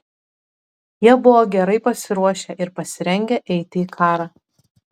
jie buvo gerai pasiruošę ir pasirengę eiti į karą